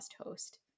host